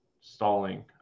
stalling